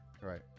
Right